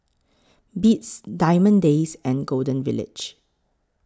Beats Diamond Days and Golden Village